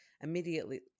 immediately